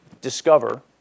discover